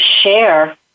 share